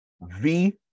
V-